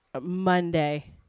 Monday